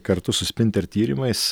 kartu su spinter tyrimais